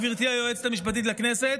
גברתי היועצת המשפטית לכנסת,